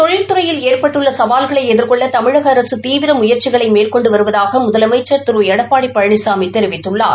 தொழில் துறையில் ஏற்பட்டுள்ள சவால்களை எதிர்கொள்ள தமிழக அரசு தீவிர முயற்சிகளை மேற்கொண்டு வருவதாக முதலமைச்சர் திரு எடப்பாடி பழனிசாமி தெரிவித்துள்ளார்